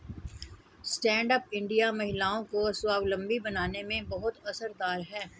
stand up India महिलाओं को स्वावलम्बी बनाने में बहुत असरदार है